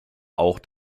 auch